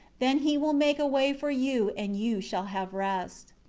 then he will make a way for you, and you shall have rest.